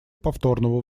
повторного